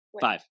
Five